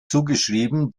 zugeschrieben